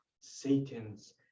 Satan's